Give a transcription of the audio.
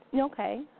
okay